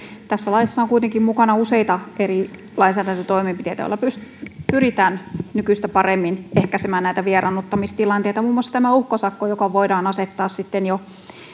tässä laissa on kuitenkin mukana useita eri lainsäädäntötoimenpiteitä joilla pyritään nykyistä paremmin ehkäisemään näitä vieraannuttamistilanteita muun muassa uhkasakko joka voidaan asettaa sitten jo